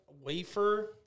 wafer